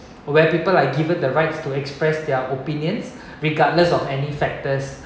where people are given the rights to express their opinions regardless of any factors